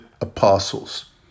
apostles